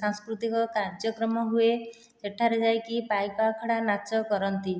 ସାଂସ୍କୃତିକ କାର୍ଯ୍ୟକ୍ରମ ହୁଏ ସେଠାରେ ଯାଇକି ପାଇକ ଆଖଡ଼ା ନାଚ କରନ୍ତି